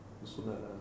bersunat ah